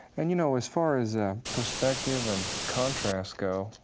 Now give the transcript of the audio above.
and you know, as far as ah perspective and contrast go,